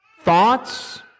thoughts